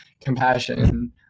compassion